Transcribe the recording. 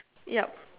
yup